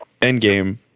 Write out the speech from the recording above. Endgame